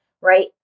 right